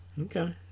okay